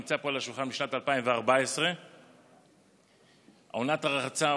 נמצא פה על השולחן משנת 2014. עונת הרחצה,